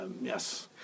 Yes